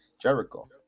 jericho